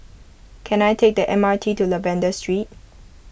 can I take the M R T to Lavender Street